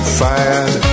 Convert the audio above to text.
fired